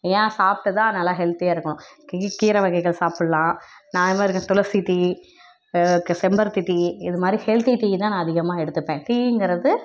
ஏன்னா சாப்பாடுதான் நல்லா ஹெல்தியாக இருக்கணும் கீரை வகைகள் சாப்புடலாம் நியாயமாக இருக்க துளசி டீ செம்பருத்தி டீ இதமாதிரி ஹெல்தி டீ தான் நான் அதிகமாக எடுத்துப்பேன் டீங்கிறது